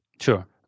sure